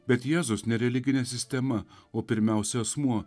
bet jėzus ne religinė sistema o pirmiausia asmuo